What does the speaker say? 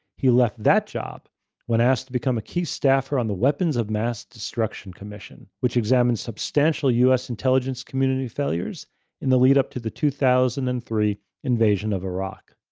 he left that job when asked to become a key staffer on the weapons of mass destruction commission, which examined substantial u. s. intelligence community failures in the leadup to the two thousand and three invasion of iraq.